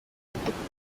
yarakomeje